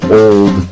old